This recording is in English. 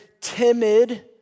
timid